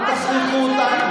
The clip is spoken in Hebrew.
אל תכריחו אותי,